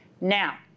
Now